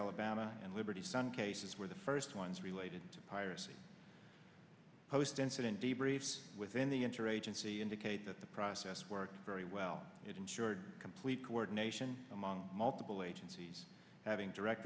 alabama and liberty sun cases where the first ones related to piracy post incident debrief within the interagency indicate that the process worked very well it ensured complete coordination among multiple agencies having direct